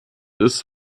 ist